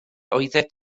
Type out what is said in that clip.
oeddet